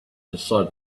decided